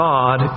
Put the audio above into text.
God